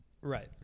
Right